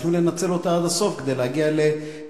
וצריכים לנצל אותה עד הסוף כדי להגיע להסדר.